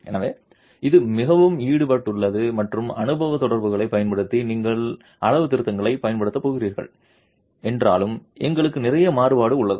எனவே இது மிகவும் ஈடுபட்டுள்ளது மற்றும் அனுபவ தொடர்புகளைப் பயன்படுத்தி நீங்கள் அளவுத்திருத்தத்தைப் பயன்படுத்தப் போகிறீர்கள் என்றாலும் எங்களுக்கு நிறைய மாறுபாடு உள்ளது